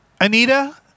Anita